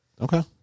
Okay